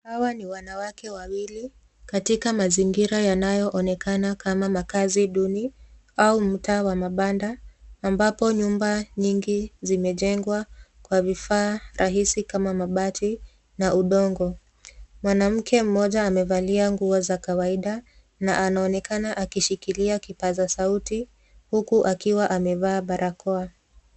Hawa ni wanawake wawili katika mazingira yanayoonekana kama makazi duni au mtaa wa mabanda amvapo nyumba nyingi zimejengwa kwa vifaa rahisi kama mabati na udongo. Mwanamke mmoja amevalia nguo za kawaida na anaonekana akishikilia kipasa sauti huku akiwa amevaa barakoa.